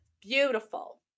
Beautiful